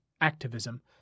activism